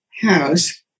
house